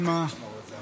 במשמרות זה"ב.